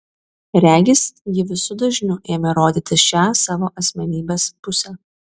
regis ji visu dažniu ėmė rodyti šią savo asmenybės pusę